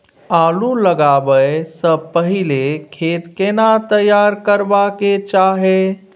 आलू लगाबै स पहिले खेत केना तैयार करबा के चाहय?